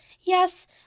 Yes